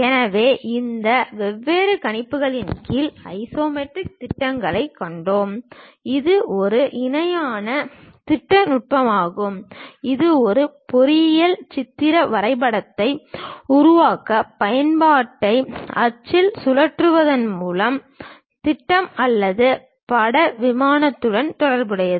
எனவே இந்த வெவ்வேறு கணிப்புகளின் கீழ் ஆக்சோனோமெட்ரிக் திட்டத்தைக் கண்டோம் இது ஒரு இணையான திட்ட நுட்பமாகும் இது ஒரு பொருளின் சித்திர வரைபடத்தை உருவாக்க பயன்பாட்டை அச்சில் சுழற்றுவதன் மூலம் திட்டம் அல்லது பட விமானத்துடன் தொடர்புடையது